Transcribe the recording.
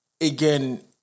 Again